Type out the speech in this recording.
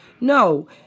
no